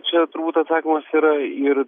čia turbūt atsakymas yra ir